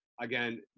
Again